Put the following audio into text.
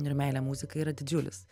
ir meilę muzikai yra didžiulis